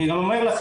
אני גם אומר לך